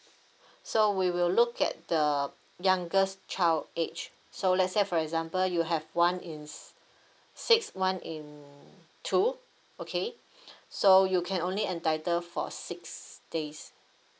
so we will look at the youngest child age so let's say for example you have one in s~ six one in two okay so you can only entitle for six days